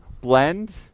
blend